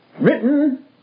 written